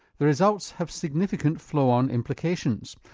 the results have significant flow-on implications.